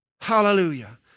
Hallelujah